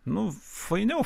nu fainiau